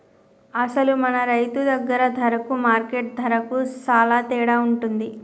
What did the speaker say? అసలు మన రైతు దగ్గర ధరకు మార్కెట్ ధరకు సాలా తేడా ఉంటుంది